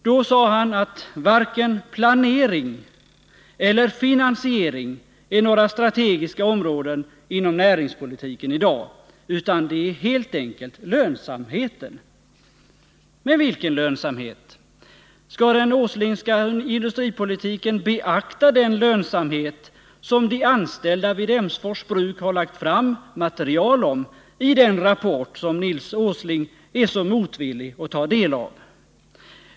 Då sade han att i själva verket ”är varken planering eller finansiering några strategiska områden inom näringspolitiken i dag, utan det är helt enkelt lönsamheten”. Men vilken lönsamhet? Skall den Åslingska industripolitiken beakta den lönsamhet som de anställda vid Emsfors bruk har lagt fram material om i den rapport som Nils Åsling är så motvillig att ta del av?